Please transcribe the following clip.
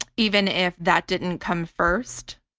even if that didn't come first.